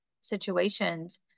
situations